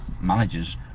managers